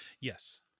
yes